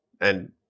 and-